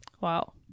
Wow